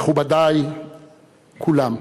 מכובדי כולם,